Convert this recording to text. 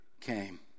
came